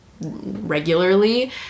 regularly